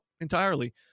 entirely